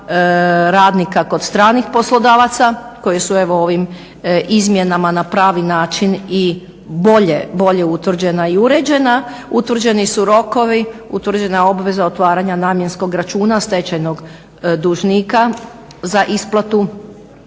radnika kod stranih poslodavaca koji su evo ovim izmjenama na pravi način i bolje utvrđena i uređena, utvrđeni su rokovi, utvrđena je obveza otvaranja namjenskog računa stečajnog dužnika za isplatu